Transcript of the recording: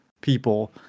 people